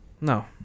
No